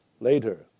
later